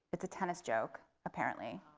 it's a tennis joke, apparently.